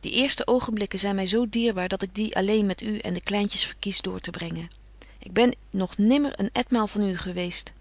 die eerste oogenblikken zyn my zo dierbaar dat ik die alleen met u en de kleintjes verkies door te brengen ik ben nog nimmer een etmaal van u geweest